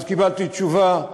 אז קיבלתי תשובה,